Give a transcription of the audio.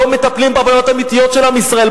לא מטפלים בבעיות האמיתיות של עם ישראל,